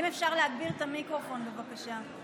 אם אפשר להגביר את המיקרופון, בבקשה.